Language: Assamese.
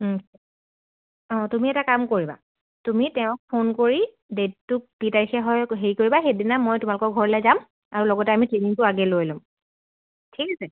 অঁ তুমি এটা কাম কৰিবা তুমি তেওঁক ফোন কৰি ডেটটোক দি তাৰিখে হয় হেৰি কৰিবা সেইদিনা মই তোমালোকৰ ঘৰলৈ যাম আৰু লগতে আমি ট্ৰেইনিংটো আগে লৈ ল'ম ঠিক আছে